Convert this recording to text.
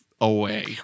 away